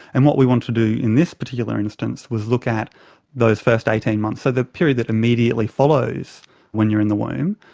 and what we wanted to do in this particular instance was look at those first eighteen months, so the period that immediately follows when you're in the womb,